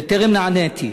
וטרם נעניתי.